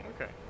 Okay